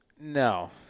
No